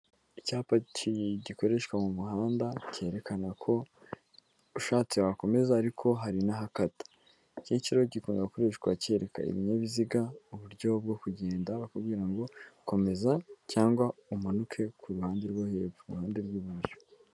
Icyapa gikoreshwa mu muhanda cyerekana ko ushatse wakomeza ariko hari n'ahakata iki ngiki rero gikunze gukoreshwa cyereka ibinyabiziga uburyo bwo kugenda bakubwira ngo komeza cyangwa umanuke kuruhande rwohepfo ku ruhande rw'iburyo.